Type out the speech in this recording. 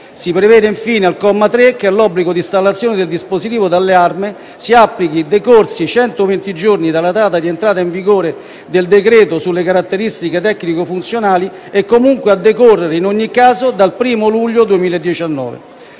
Si prevede, infine, al comma 3, che l'obbligo di installazione del dispositivo d'allarme, si applichi decorsi centoventi giorni dalla data di entrata in vigore del decreto sulle caratteristiche tecnico-funzionali e comunque a decorrere, in ogni caso, dal 1° luglio 2019.